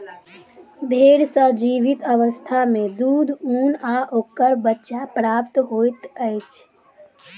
भेंड़ सॅ जीवित अवस्था मे दूध, ऊन आ ओकर बच्चा प्राप्त होइत अछि